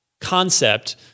concept